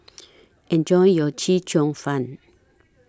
Enjoy your Chee Cheong Fun